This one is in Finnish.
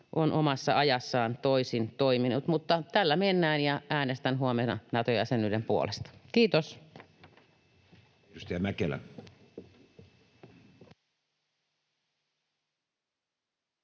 on omassa ajassaan toisin toiminut. Mutta tällä mennään, ja äänestän huomenna Nato-jäsenyyden puolesta. — Kiitos.